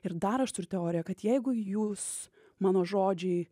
ir dar aš turiu teoriją kad jeigu jus mano žodžiai